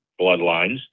bloodlines